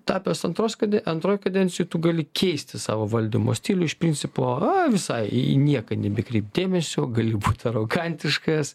tapęs antros kad antroj kadencijoj tu gali keisti savo valdymo stilių iš principo a visai į nieką nebekreipti dėmesio gali būti arogantiškas